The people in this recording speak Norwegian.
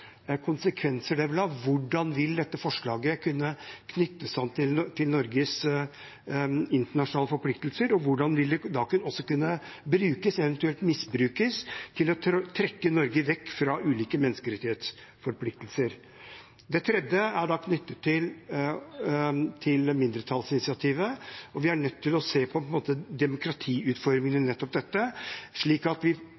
konsekvenser det vil ha. Hvordan vil dette forslaget kunne knyttes til Norges internasjonale forpliktelser, og hvordan vil det kunne brukes, eventuelt misbrukes, til å trekke Norge vekk fra ulike menneskerettighetsforpliktelser? Det tredje er knyttet til mindretallsinitiativet. Vi er nødt til å se på demokratiutformingen ved nettopp dette, slik at vi